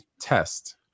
test